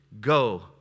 go